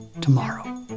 tomorrow